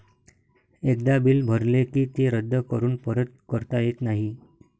एकदा बिल भरले की ते रद्द करून परत करता येत नाही